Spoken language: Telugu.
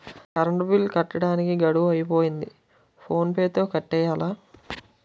కరంటు బిల్లు కట్టడానికి గడువు అయిపోతంది ఫోన్ పే తో కట్టియ్యాల